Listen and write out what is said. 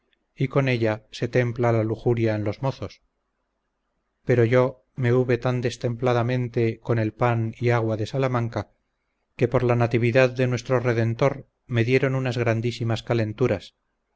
y con ella se templa la lujuria en los mozos pero yo me hube tan destempladamente con el pan y agua de salamanca que por la natividad de nuestro redentor me dieron unas grandísimas calenturas